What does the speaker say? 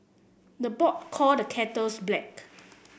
the pot call the kettles black